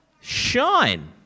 shine